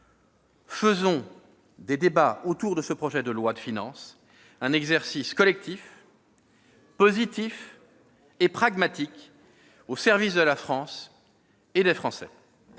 Faisons des débats autour de ce projet de loi de finances un exercice collectif, positif et pragmatique, au service de la France et des Français.